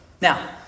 Now